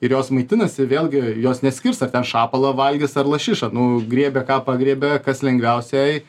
ir jos maitinasi vėlgi jos neskirs ar ten šapalą valgys ar lašišą nu griebia ką pagriebė kas lengviausia jai